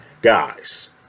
guys